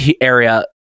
area